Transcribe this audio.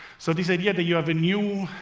so, this idea that you have a new,